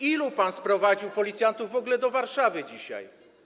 Ilu pan sprowadził policjantów w ogóle do Warszawy dzisiaj?